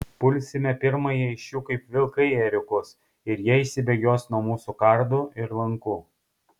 pulsime pirmąją iš jų kaip vilkai ėriukus ir jie išsibėgios nuo mūsų kardų ir lankų